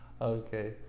Okay